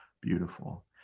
beautiful